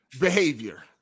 behavior